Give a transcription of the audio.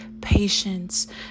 patience